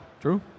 True